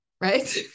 right